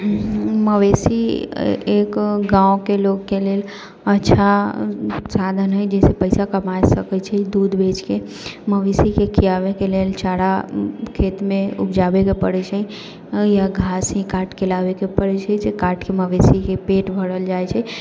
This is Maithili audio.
मवेशी एक गाँवके लोकके लेल अच्छा साधन हय जैसे पैसा कमा सकै छी दूध बेचके मवेशीके खीयाबेके लेल चारा खेतमे उपजाबैके पड़ै छै या घास ही काटिके लाबैके पड़ै छै जे काटिके मवेशीके पेट भरल जाइ छै